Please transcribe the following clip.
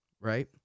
right